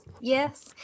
yes